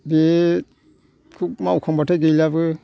बे मावखांबाथाय गैलाबो